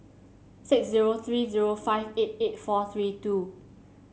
six zero three zero five eight eight four three two